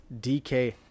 DK